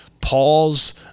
Paul's